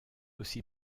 aussi